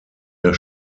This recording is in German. der